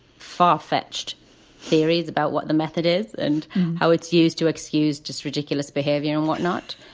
far fetched theories about what the method is and how it's used to excuse just ridiculous behavior and whatnot.